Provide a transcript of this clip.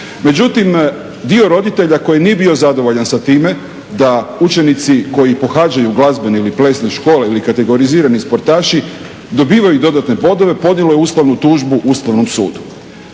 Međutim, dio roditelja koji nije bio zadovoljan sa time da učenici koji pohađaju glazbene ili plesne škole ili kategorizirani sportaši dobivaju i dodatne bodove podnijelo je ustavnu tužbu Ustavnom sudu.